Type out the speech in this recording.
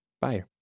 bye